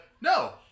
No